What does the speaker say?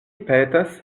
petas